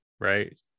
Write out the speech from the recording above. right